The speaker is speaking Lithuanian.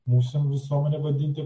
mūsų visuomenę vadinti